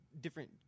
different